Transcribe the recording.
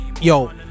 yo